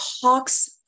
talks